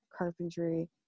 carpentry